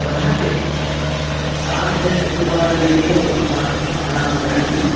प्रभाते सार्धचतुर्वादने एव उत्थाप्य उत्थानं करणीयं